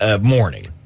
morning